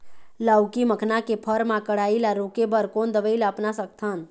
लाउकी मखना के फर मा कढ़ाई ला रोके बर कोन दवई ला अपना सकथन?